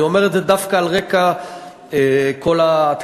אני אומר את זה דווקא על רקע כל ההתקפות